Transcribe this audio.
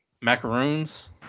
macaroons